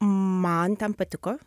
man ten patiko